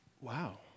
Wow